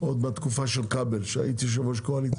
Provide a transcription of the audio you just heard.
עוד מהתקופה של כבל כשהייתי יושב-ראש קואליציה.